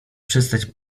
przestać